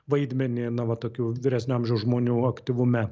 vaidmenį na va tokių vyresnio amžiaus žmonių aktyvume